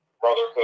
brotherhood